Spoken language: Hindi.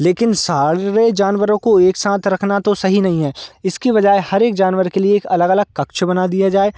लेकिन सारे जानवरों को एक साथ रखना तो सही नहीं है इसकी बजाय हर एक जानवर के लिए अलग अलग कक्ष बना दिया जाए